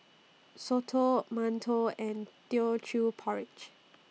Soto mantou and Teochew Porridge